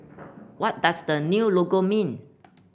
what does the new logo mean